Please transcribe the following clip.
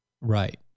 Right